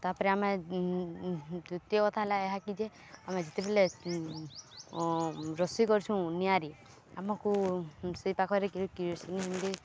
ତାପରେ ଆମେ ଦିତୀୟ କଥା ହେଲା ଏହାକି ଯେ ଆମେ ଯେତେବେଲେ ରୋଷେଇ କରଛୁଁ ନିଆଁରେ ଆମକୁ ସେଇ ପାଖରେ